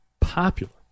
popular